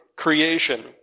Creation